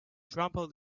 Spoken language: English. trample